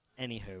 anywho